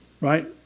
Right